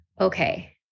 Okay